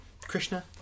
Krishna